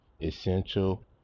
essential